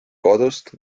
kodust